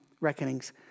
reckonings